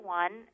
one